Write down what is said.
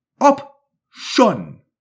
Option